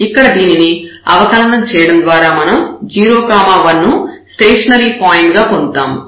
ఇక్కడ దీనిని అవకలనం చేయడం ద్వారా మనం 0 1 ను స్టేషనరీ పాయింట్ గా పొందుతాము